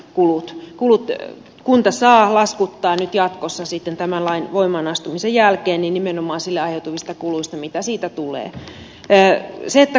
kulut kunta saa laskuttaa nyt jatkossa tämän lain voimaan astumisen jälkeen nimenomaan sille aiheutuvista kuluista mitä siitä tulee